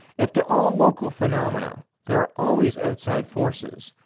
if to all local phenomena there are always outside forces,